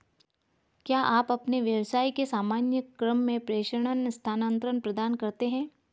क्या आप अपने व्यवसाय के सामान्य क्रम में प्रेषण स्थानान्तरण प्रदान करते हैं?